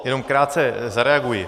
Jenom krátce zareaguji.